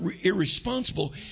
irresponsible